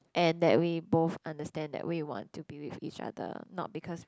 and that we both understand that we want to be with each other not because we